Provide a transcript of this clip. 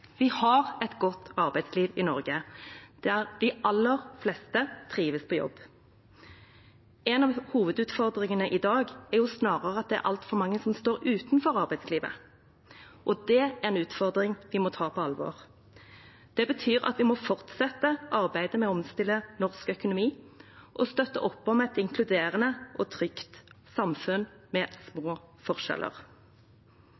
Vi har et godt arbeidsliv i Norge, der de aller fleste trives på jobb. En av hovedutfordringene i dag er jo snarere at det er altfor mange som står utenfor arbeidslivet. Det er en utfordring vi må ta på alvor. Det betyr at vi må fortsette arbeidet med å omstille norsk økonomi og støtte opp om et inkluderende og trygt samfunn med små